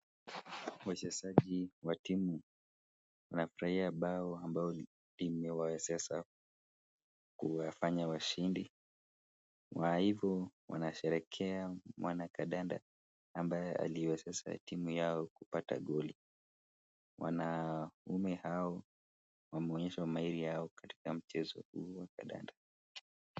Mchezaji wa timu anafurahia bao ambalo limewawezesha kuwafanya washindi. Kwa hivo, wanasherehekea mwanakadanda aliwezesha timu yao kupata goli. Wanaume hao wameonyesha umahiri wao katika mchezo wa kadanda.